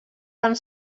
fan